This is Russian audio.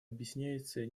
объясняется